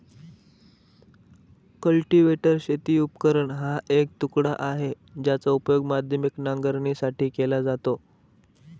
cultivator शेती उपकरण हा एक तुकडा आहे, ज्याचा उपयोग माध्यमिक नांगरणीसाठी केला जातो